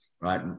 right